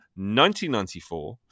1994